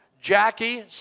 Jackie